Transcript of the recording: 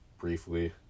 briefly